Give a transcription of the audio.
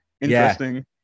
Interesting